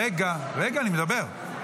רגע, אני מדבר.